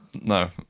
no